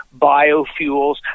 biofuels